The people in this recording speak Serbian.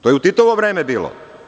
To je u Titovo vreme bilo.